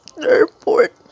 airport